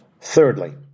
Thirdly